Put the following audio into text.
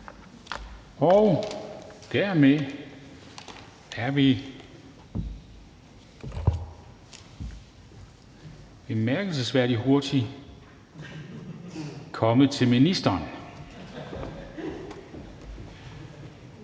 Dermed er vi bemærkelsesværdig hurtigt kommet til ministeren.